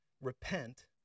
Repent